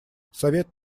совет